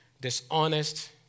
dishonest